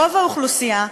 רוב האוכלוסייה,